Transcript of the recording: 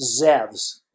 ZEVS